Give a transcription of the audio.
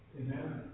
Amen